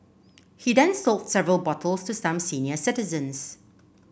he then sold several bottles to some senior citizens